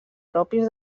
propis